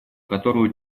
которую